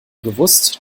gewusst